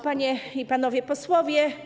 Panie i Panowie Posłowie!